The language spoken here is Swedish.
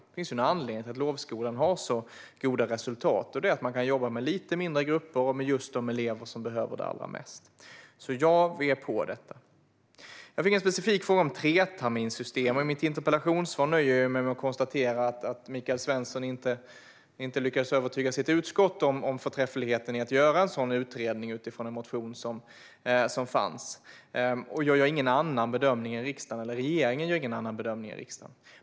Det finns ju en anledning till att lovskolan har så goda resultat, och det är att man kan jobba med lite mindre grupper och med just de elever som behöver det allra mest. Jag fick en specifik fråga om treterminssystem. I mitt interpellationssvar nöjer jag mig med att konstatera att Michael Svensson inte lyckades övertyga sitt utskott om förträffligheten i att göra en sådan utredning utifrån en motion som fanns, och regeringen gör ingen annan bedömning än riksdagen.